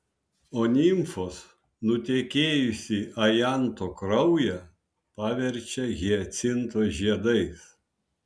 o nimfos nutekėjusį ajanto kraują paverčia hiacinto žiedais